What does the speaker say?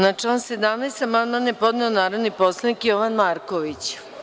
Na član 17. amandman je podneo narodni poslanik Jovan Marković.